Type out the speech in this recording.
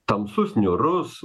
tamsus niūrus